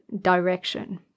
direction